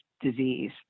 disease